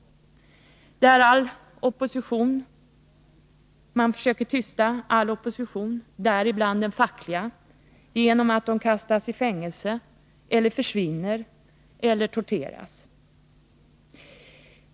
Man försöker tysta all opposition, däribland den fackliga, genom att människor kastas i fängelse eller försvinner eller torteras.